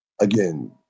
Again